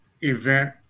event